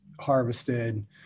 harvested